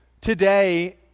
Today